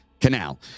Canal